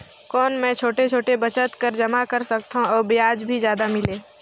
कौन मै छोटे छोटे बचत कर जमा कर सकथव अउ ब्याज भी जादा मिले?